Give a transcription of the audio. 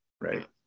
right